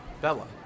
Bella